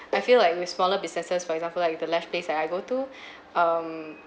I feel like with smaller businesses for example like the lash place that I go to um